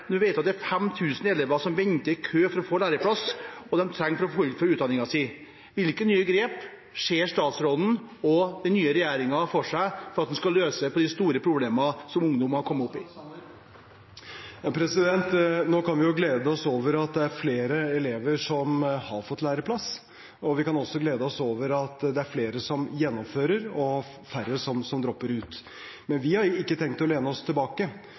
nå er flere elever som har fått læreplass. Vi kan også glede oss over at det er flere som gjennomfører, og færre som dropper ut. Men vi har ikke tenkt å lene oss tilbake,